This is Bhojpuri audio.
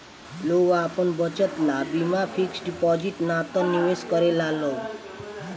लोग आपन बचत ला बीमा फिक्स डिपाजिट ना त निवेश करेला लोग